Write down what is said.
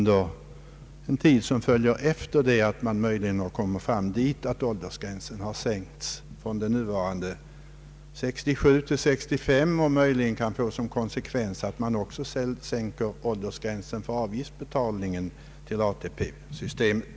Denna åldersgräns kan ju komma att sänkas från nuvarande 67 år till 65 år, och detta kan möjligen få som konsekvens att man även sänker gränsen för avgiftsbetalningen till ATP-systemet.